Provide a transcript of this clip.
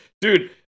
dude